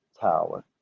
tower